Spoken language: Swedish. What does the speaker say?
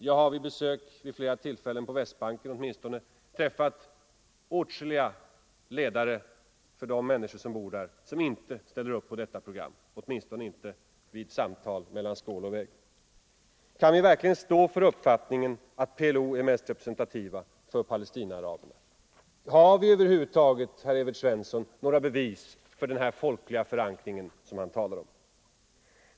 Jag har vid besök på Västbanken vid flera tillfällen träffat åtskilliga ledare för de människor som bor där som inte ställer upp bakom detta program åtminstone inte vid samtal mellan skål och vägg. Kan vi verkligen stå för uppfattningen att PLO är mest representativt för Palestinaaraberna? Har vi över huvud taget, herr Evert Svensson, några bevis för den folkliga förankring man talar om?